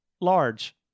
large